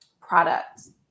products